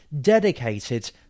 dedicated